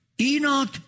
Enoch